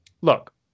Look